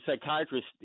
psychiatrist